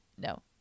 No